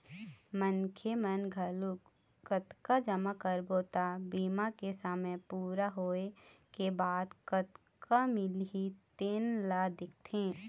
मनखे मन घलोक कतका जमा करबो त बीमा के समे पूरा होए के बाद कतका मिलही तेन ल देखथे